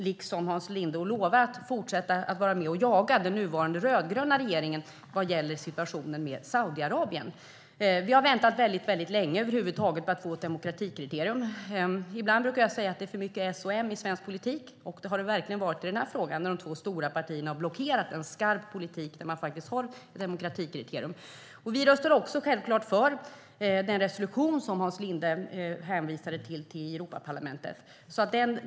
Liksom Hans Linde lovar jag att fortsätta att vara med och jaga den nuvarande rödgröna regeringen i fråga om situationen i Saudiarabien. Vi har väntat väldigt länge för att över huvud taget få ett demokratikriterium. Ibland brukar jag säga att det är för mycket S&M i svensk politik, och det har det verkligen varit i den här frågan. De två stora partierna har blockerat en skarp politik som innehåller ett demokratikriterium. Strategisk export-kontroll 2015 - krigsmateriel och produkter med dubbla användningsområden Vi röstar också självklart för den resolution som Hans Linde hänvisade till i Europaparlamentet.